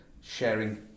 sharing